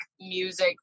music